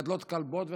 שמגדלות כלבות וחתולים.